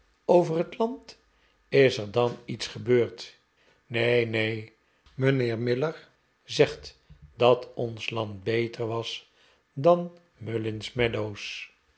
over het land is er dan lets gebeurd neen neen mijnheer miller zei dat ons land beter was dan mullins meadows